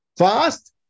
Fast